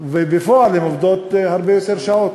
ובפועל הן עובדות הרבה יותר שעות,